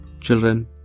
Children